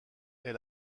est